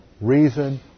reason